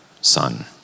son